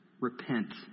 repent